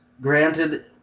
granted